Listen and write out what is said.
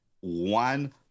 one